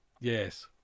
yes